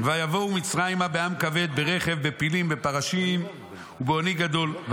ויבוא מצרימה בעם כבד ברכב ובפילים ובפרשים ובאני גדול.